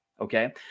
Okay